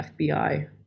FBI